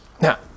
Now